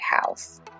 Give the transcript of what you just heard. House